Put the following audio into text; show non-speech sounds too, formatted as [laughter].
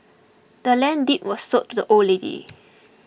the land's deed was sold to the old lady [noise]